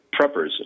preppers